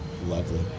Lovely